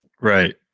Right